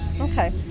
Okay